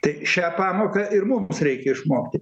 tai šią pamoką ir mums reikia išmokti